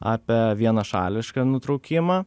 apie vienašališką nutraukimą